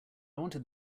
wanted